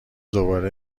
دوباره